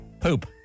poop